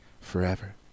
forever